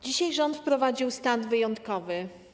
Dzisiaj rząd wprowadził stan wyjątkowy.